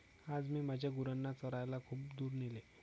आज मी माझ्या गुरांना चरायला खूप दूर नेले